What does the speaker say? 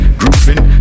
grooving